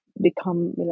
become